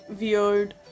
weird